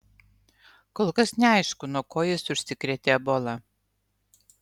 kol kas neaišku nuo ko jis užsikrėtė ebola